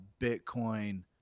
Bitcoin